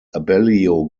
abellio